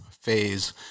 phase